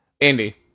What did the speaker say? Andy